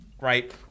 right